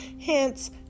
Hence